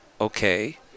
okay